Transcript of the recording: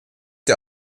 der